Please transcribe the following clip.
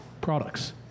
products